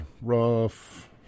rough